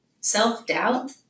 self-doubt